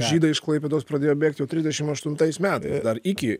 žydai iš klaipėdos pradėjo bėgt jau trisdešim aštuntais metai ar iki